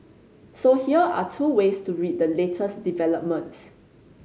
so here are two ways to read the latest developments